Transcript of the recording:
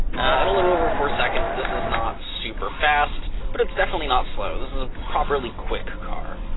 and a little over four seconds, this is not super fast, but it's definitely not slow, this is a properly quick car.